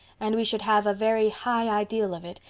and we should have a very high ideal of it,